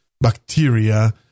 bacteria